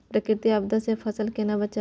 प्राकृतिक आपदा सं फसल केना बचावी?